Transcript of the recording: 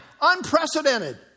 unprecedented